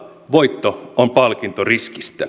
voitto on palkinto riskistä